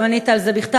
גם ענית על זה בכתב,